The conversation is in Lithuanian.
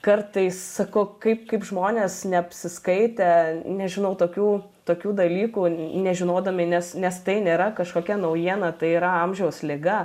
kartais sakau kaip kaip žmonės neapsiskaitę nežinau tokių tokių dalykų nežinodami nes nes tai nėra kažkokia naujiena tai yra amžiaus liga